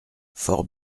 fort